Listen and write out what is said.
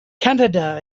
canada